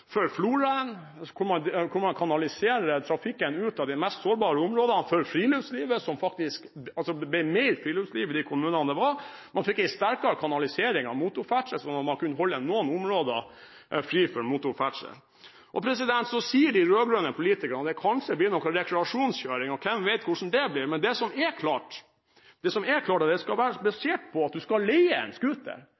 man kanaliserer trafikken ut av de mest sårbare områdene, for friluftslivet ved at det blir mer friluftsliv i kommunene enn det var, og man fikk en sterkere kanalisering av motorferdsel, så man kunne holde noen områder fri for motorferdsel. Så sier de rød-grønne politikerne at det kanskje blir noe rekreasjonskjøring, og hvem vet hvordan det blir? Men det som er klart, er at det skal være basert på at du skal